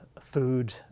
food